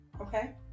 Okay